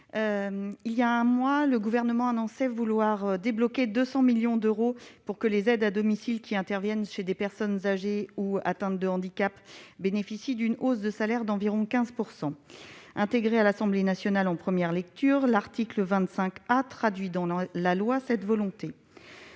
Il y a un mois, le Gouvernement annonçait vouloir débloquer 200 millions d'euros pour que les aides à domicile qui interviennent chez des personnes âgées ou atteintes de handicap bénéficient d'une hausse de salaire d'environ 15 %. Inséré par l'Assemblée nationale en première lecture, l'article 25 A traduit dans la loi cette volonté.